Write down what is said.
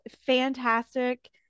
fantastic